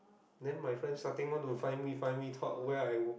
then my friend starting want to find me find me thought where I